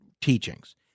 teachings